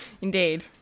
Indeed